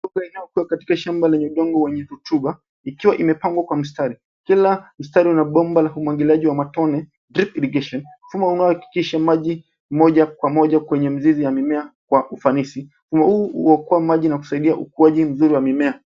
Mfumo unaokuwa katika shamba lenye udongo wenye rutuba ikiwa imepangwa kwenye mstari. Kila mstari una bomba la umwagiliaji wa matone "drip irrigation" mfumo unaohakikisha maji moja kwa moja kwenye mzizi wa mimea kwa ufanisi. Mfumo huu huokoa maji na kusaidia ukuaji mzuri wa mimea.